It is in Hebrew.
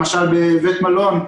למשל בבית מלון,